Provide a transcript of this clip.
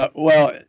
but well,